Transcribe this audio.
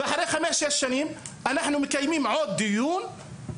ואחרי חמש או שש שנים אנחנו מקיימים דיון נוסף,